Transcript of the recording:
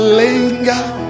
linger